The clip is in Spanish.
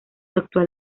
actual